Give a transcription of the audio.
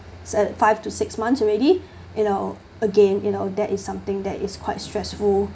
so five to six months already you know again you know that is something that is quite stressful